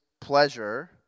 pleasure